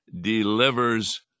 delivers